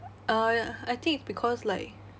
uh I think it's because like